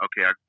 okay